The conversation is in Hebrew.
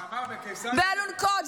באלונקות,